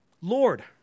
Lord